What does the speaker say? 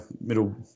middle